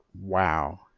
Wow